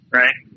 right